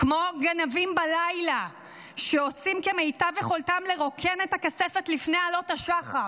כמו גנבים בלילה שעושים כמיטב יכולתם לרוקן את הכספת לפני עלות השחר,